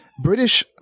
British